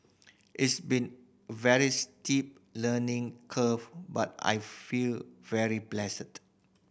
it's been very steep learning curve but I feel very blessed